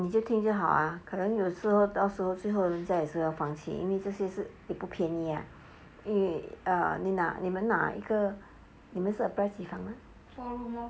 你就听就好 ah 可能有时候到时候最后人家也是要放弃因为这些也是不便宜 ah 因为你们拿那个你们是 apply 几房 ah